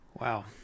Wow